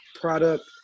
product